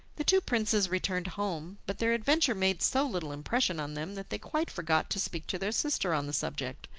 the two princes returned home, but their adventure made so little impression on them that they quite forgot to speak to their sister on the subject.